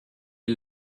est